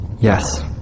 Yes